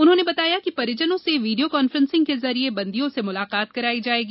उन्होंने बताया कि परिजनों से वीडियो कॉन्फ्रेंसिंग के जरिए बंदियों से मुलाकात कराई जायेगी